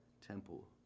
temple